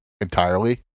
entirely